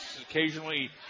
occasionally